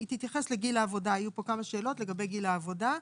היא תתייחס לגיל העבודה היו פה כמה שאלות על גיל העבודה.